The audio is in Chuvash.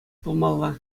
пулмалла